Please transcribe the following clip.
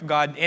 God